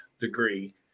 degree